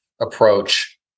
approach